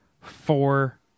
four